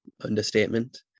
understatement